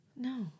No